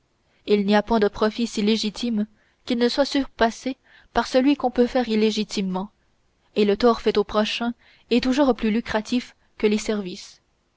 il n'y a point de profit si légitime qui ne soit surpassé par celui qu'on peut faire illégitimement et le tort fait au prochain est toujours plus lucratif que les services